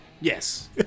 Yes